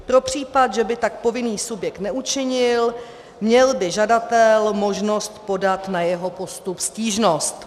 Pro případ, že by tak povinný subjekt neučinil, měl by žadatel možnost podat na jeho postup stížnost.